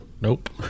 Nope